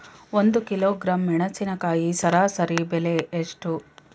ಒಂದು ಕಿಲೋಗ್ರಾಂ ಮೆಣಸಿನಕಾಯಿ ಸರಾಸರಿ ಬೆಲೆ ಎಷ್ಟು?